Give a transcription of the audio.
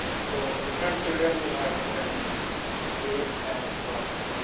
so different children will have different weight at birth.